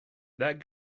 that